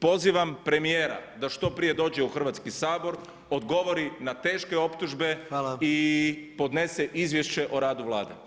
Pozivam premijera da što prije dođe u Hrvatski sabor, odgovori na teške optužbe i podnese izvješće o radu Vlade.